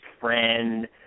friend